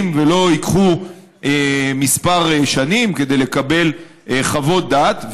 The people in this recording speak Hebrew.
ולא ייקחו כמה שנים כדי לקבל חוות דעת.